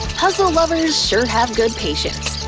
puzzle-lovers sure have good patience.